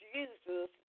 Jesus